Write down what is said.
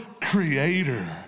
creator